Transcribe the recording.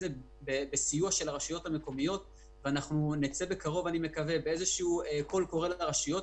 נצא בקרוב בקול קורא לרשויות,